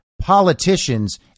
politicians